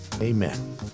amen